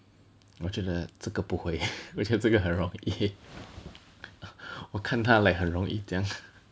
我觉得这个不会我觉得这个很容易我看他 like 很容易这样